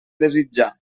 desitjar